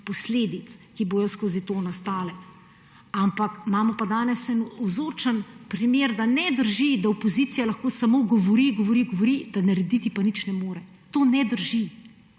posledic, ki bodo skozi to nastale. Ampak imamo pa danes en vzorčen primer, da ne drži, da opozicija lahko samo govori, govori, govori; narediti pa nič ne more. To ne drži.